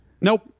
Nope